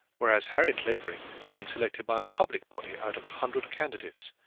whereas harry clavering had been selected by a public body out of a hundred candidates,